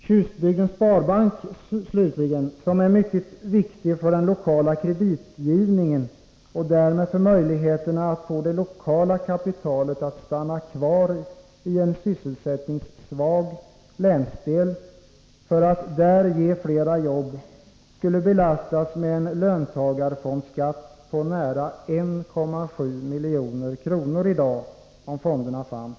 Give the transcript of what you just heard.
Tjustbygdens Sparbank, som är mycket viktig för den lokala kreditgivningen och därmed för möjligheterna att få det lokala kapitalet att stanna kvar i en sysselsättningssvag länsdel för att där ge flera jobb, skulle belastas med en löntagarfondsskatt på nära 1,7 milj.kr. i dag om fonderna fanns.